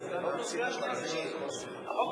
לקריאה שנייה ושלישית.